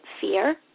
fear